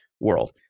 world